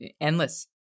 endless